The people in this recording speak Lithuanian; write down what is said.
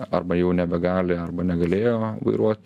arba jau nebegali arba negalėjo vairuot